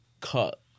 cut